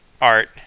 art